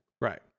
Right